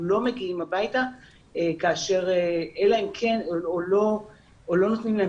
אנחנו לא מגיעים הביתה או לא נותנים להן